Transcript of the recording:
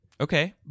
Okay